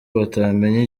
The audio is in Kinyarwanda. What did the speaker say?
batamenye